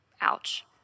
Ouch